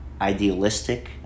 idealistic